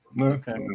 Okay